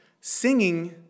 Singing